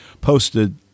posted